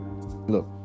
Look